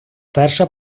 перша